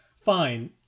Fine